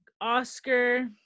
oscar